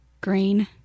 green